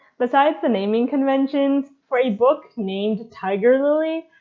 besides the naming conventions, for a book named tiger lily,